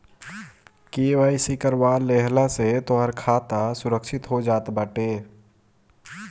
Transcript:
KYC करवा लेहला से तोहार खाता सुरक्षित हो जात बाटे